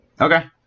Okay